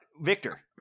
Victor